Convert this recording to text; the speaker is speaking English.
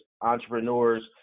entrepreneurs